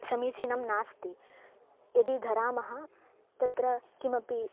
समीचीनं नास्ति यदि धरामि तत्र किमपि